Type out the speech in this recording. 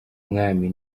mwami